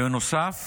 בנוסף,